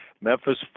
Memphis